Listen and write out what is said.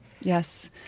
Yes